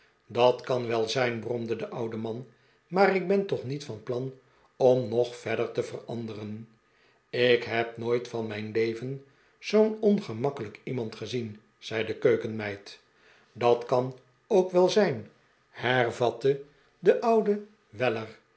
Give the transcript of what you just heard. dat kan wel zijn bromde de oude man maar ik ben toch niet van plan om nog verder te veranderen ik heb nooit van mijn leyen zoo'n ongemakkelijk iemand gezien zei de keukenmeid dat kan ook wel zijn hervatte de oude weller